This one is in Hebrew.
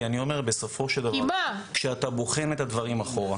כי בסופו של דבר כשאתה בוחן את הדברים אחורה,